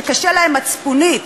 שקשה להם מצפונית,